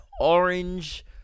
orange